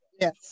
Yes